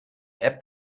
app